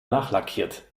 nachlackiert